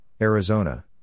Arizona